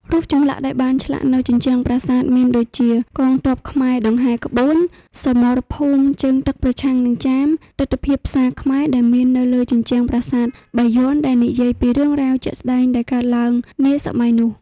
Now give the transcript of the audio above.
រូបចម្លាក់ដែលបានឆ្លាក់នៅជញ្ជ្រាំប្រាសាទមានដូចមាន កងទ័ពខ្មែរដង្ហែក្បួន សមរភូមិជើងទឹកប្រឆាំងនឹងចាម ទិដ្ឋភាពផ្សារខ្មែរដែលមាននៅលើជញ្ជ្រាំងប្រាសាទបាយយ័នដែលនិយាយពីរឿងរ៉ាវជាក់ស្តែងដែលកើតឡើងនាសម័យនោះ។